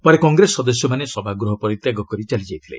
ପରେ କଂଗ୍ରେସ ସଦସ୍ୟମାନେ ସଭାଗୃହ ପରିତ୍ୟାଗ କରି ଚାଲିଯାଇଥିଲେ